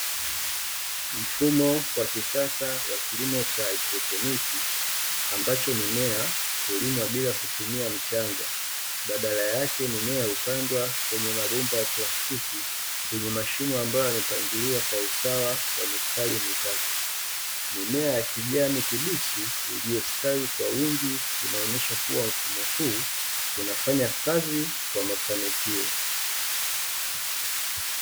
Mfumo wa kisasa wa kilimo cha haidroponi ambacho mimea hulimwa bila kutumia mchanga badala yake mimea hupandwa kwenye mabomba ya plastiki yenye mashimo ambayo yamepangiliwa kwa usawa wa mistari mitatu, mimea ya kijani kibichi iliyostawi kwa wingi inaonyesha kuwa mfumo huu unafanya kazi kwa mafanikio.